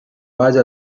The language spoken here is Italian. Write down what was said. base